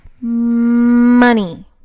money